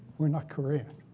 we're not korean.